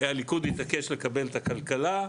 הליכוד התעקש לקבל את הכלכלה,